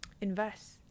invest